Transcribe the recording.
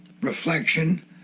reflection